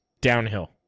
downhill